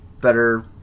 Better